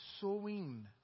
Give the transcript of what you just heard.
sowing